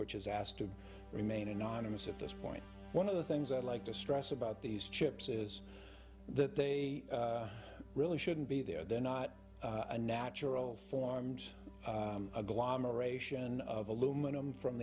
which is asked to remain anonymous at this point one of the things i'd like to stress about these chips is that they really shouldn't be there they're not a natural forms agglomeration of aluminum from